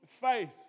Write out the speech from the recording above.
faith